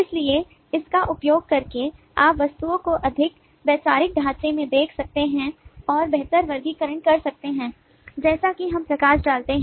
इसलिए इसका उपयोग करके आप वस्तुओं को अधिक वैचारिक ढांचे में देख सकते हैं और बेहतर वर्गीकरण कर सकते हैं जैसा कि हम प्रकाश डालते हैं